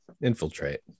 infiltrate